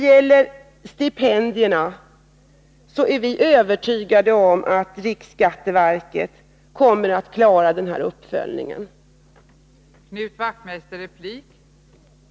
Vi själva är övertygade om att riksskatteverket kommer att klara uppföljningen i fråga om stipendierna.